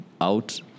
out